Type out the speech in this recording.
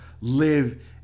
live